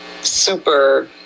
super